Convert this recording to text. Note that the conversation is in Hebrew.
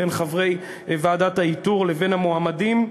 בין חברי ועדת האיתור לבין המועמדים.